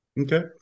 okay